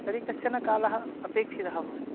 तर्हि कश्चन कालः अपेक्षितः भवति